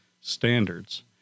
standards